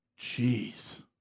jeez